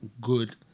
good